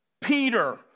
Peter